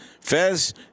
Fez